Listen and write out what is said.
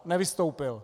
Nevystoupil.